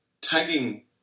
Tagging